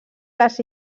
les